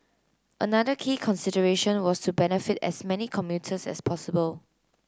another key consideration was to benefit as many commuters as possible